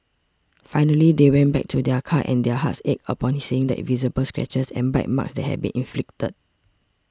finally they went back to their car and their hearts ached upon seeing the visible scratches and bite marks that had been inflicted